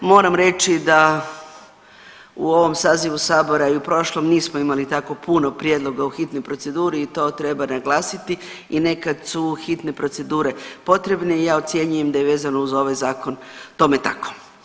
Moram reći da u ovom sazivu sabora i u prošlom nismo imali tako puno prijedloga u hitnoj proceduri i to treba naglasiti i nekad su hitne procedure potrebne i ja ocjenjujem da je vezano uz ovaj zakon tome tako.